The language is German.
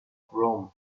rome